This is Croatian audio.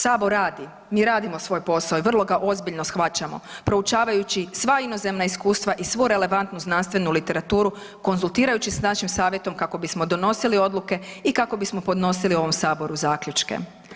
Sabor radi, mi radimo svoj posao i vrlo ga ozbiljno shvaćamo proučavajući sva inozemna iskustva i svu relevantnu znanstvenu literaturu konzultirajući sa našim Savjetom kako bismo donosili odluke i kako bismo podnosili ovom Saboru zaključke.